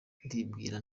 ndibwira